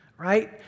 right